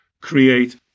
create